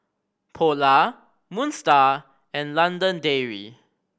Polar Moon Star and London Dairy